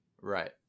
Right